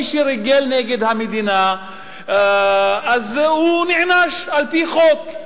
מי שריגל נגד המדינה נענש על-פי חוק.